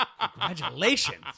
Congratulations